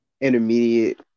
intermediate